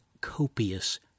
copious